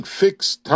fixed